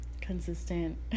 consistent